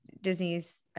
Disney's